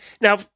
now